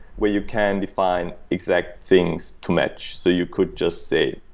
where you can define exact things to match. so you could just say,